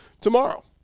tomorrow